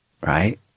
Right